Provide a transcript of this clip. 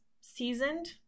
seasoned